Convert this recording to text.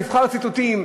מבחר ציטוטים,